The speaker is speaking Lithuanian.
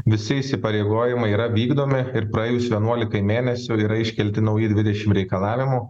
visi įsipareigojimai yra vykdomi ir praėjus vienuolikai mėnesių yra iškelti nauji dvidešimt reikalavimų